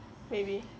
maybe